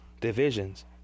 divisions